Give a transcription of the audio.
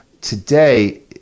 Today